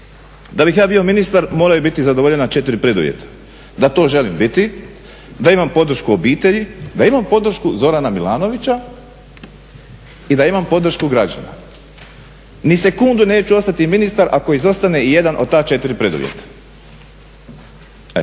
"Da bih ja bio ministar moraju biti zadovoljena četiri preduvjeta: da to želim biti, da imam podršku obitelji, da imam podršku Zorana Milanovića i da imam podršku građana. Ni sekundu neću ostati ministar ako izostane jedan od ta četiri preduvjeta.".